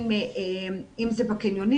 אם זה בקניונים.